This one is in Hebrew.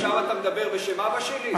עכשיו אתה מדבר בשם של אבא שלי?